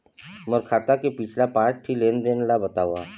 मोर खाता के पिछला पांच ठी लेन देन ला बताव?